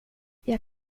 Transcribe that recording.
jag